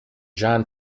john